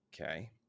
okay